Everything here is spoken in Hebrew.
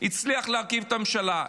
הצליח להרכיב את הממשלה.